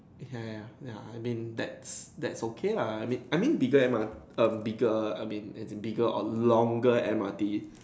ya ya ya ya I mean that's that's okay lah I mean bigger M_R~ um bigger I mean bigger or longer M_R_T